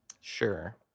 Sure